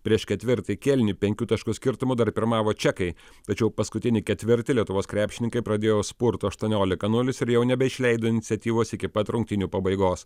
prieš ketvirtąjį kėlinį penkių taškų skirtumu dar pirmavo čekai tačiau paskutinį ketvirtį lietuvos krepšininkai pradėjo spurtu aštuoniolika nulis ir jau nebeišleido iniciatyvos iki pat rungtynių pabaigos